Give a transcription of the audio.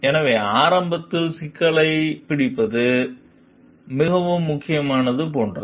எனவே ஆரம்பத்தில் சிக்கல்களைப் பிடிப்பது மிகவும் முக்கியமானது போன்றது